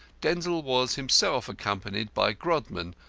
denzil was himself accompanied by grodman,